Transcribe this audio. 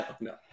no